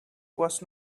was